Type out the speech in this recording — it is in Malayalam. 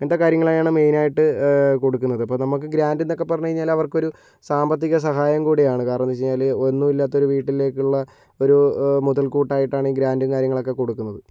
ഇങ്ങനത്തെ കാര്യങ്ങളാണ് മെയിനായിട്ട് കൊടുക്കുന്നത് അപ്പോൾ നമ്മക്ക് ഗ്രാൻറ് എന്നൊക്കെ പറഞ്ഞ് കഴിഞ്ഞാൽ അവർക്കൊരു സാമ്പത്തിക സഹായം കൂടിയാണ് കാരണം എന്ന് വെച്ചുകഴിഞ്ഞാൽ ഒന്നുമില്ലാത്ത ഒരു വീട്ടിലേക്ക് ഉള്ള ഒരു മുതൽക്കൂട്ട് ആയിട്ടാണ് ഈ ഗ്രാൻഡ് കാര്യങ്ങളൊക്കെ കൊടുക്കുന്നത്